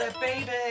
baby